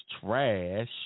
trash